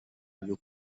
byo